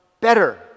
better